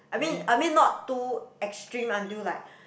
I mean I mean not too extreme until like